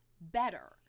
better